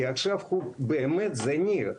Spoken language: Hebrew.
כי עכשיו האו באמת זניח.